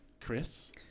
Chris